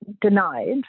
denied